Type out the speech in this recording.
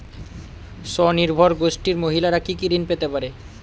স্বনির্ভর গোষ্ঠীর মহিলারা কি কি ঋণ পেতে পারে?